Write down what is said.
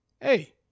Hey